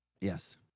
Yes